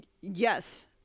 Yes